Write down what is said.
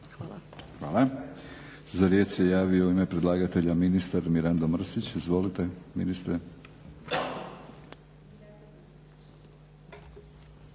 Hvala. Za riječ se javio u ime predlagatelja ministar Mirando Mrsić. Izvolite ministre.